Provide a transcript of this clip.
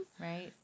Right